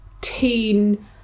teen